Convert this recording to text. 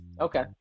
okay